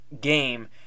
game